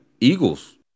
Eagles